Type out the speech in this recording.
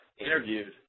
interviewed